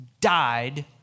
died